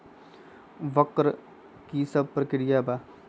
वक्र कि शव प्रकिया वा?